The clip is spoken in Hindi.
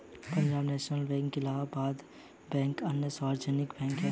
Punjab national bank Allahabad bank अन्य सार्वजनिक बैंक है